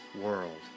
world